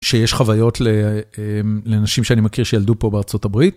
שיש חוויות לנשים שאני מכיר שילדו פה בארצות הברית.